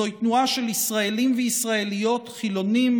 זוהי תנועה של ישראלים וישראליות חילונים,